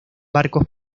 barcos